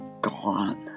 Gone